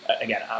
again